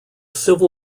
civil